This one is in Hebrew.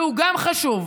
וגם הוא חשוב.